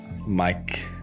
Mike